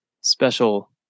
special